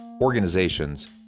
organizations